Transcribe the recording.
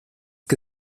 que